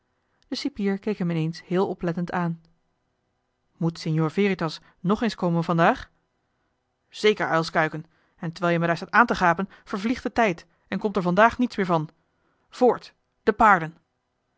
de cipier keek hem ineens heel oplettend aan moet signor veritas nog eens komen vandaag zeker uilskuiken en terwijl je me daar staat aan te gapen vervliegt de tijd en komt er vandaag niets meer van voort de paarden